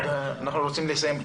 אנחנו רוצים לסיים.